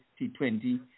T20